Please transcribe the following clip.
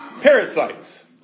Parasites